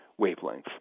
wavelengths